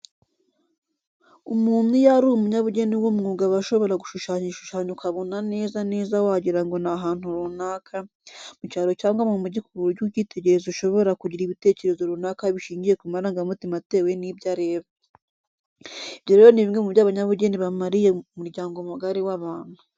Umuntu iyo ari umunyabugeni w'umwuga aba ashobora gushushanya igishushanyo ukabona neza neza wagira ngo ni ahantu runaka, mu cyaro cyangwa mu mujyi ku buryo ukitegereza ashobora kugira ibitekerezo runaka bishingiye ku marangamutima atewe n'ibyo areba. Ibyo rero ni bimwe mu byo abanyabugeni bamariye umuryango mugari w'abantu.